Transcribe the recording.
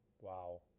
Wow